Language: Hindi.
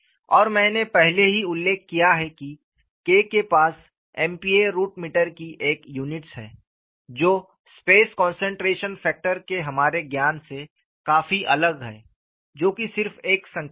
और मैंने पहले ही उल्लेख किया है कि K के पास MPA रूट मीटर की एक यूनिट्स हैं जो स्ट्रेस कंसंट्रेशन फैक्टर के हमारे ज्ञान से काफी अलग है जो कि सिर्फ एक संख्या थी